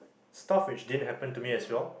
stuff which didn't happen to me as well